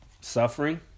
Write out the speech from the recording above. Suffering